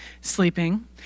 sleeping